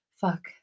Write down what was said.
Fuck